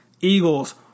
Eagles